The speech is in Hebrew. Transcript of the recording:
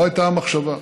זו הייתה מחשבה.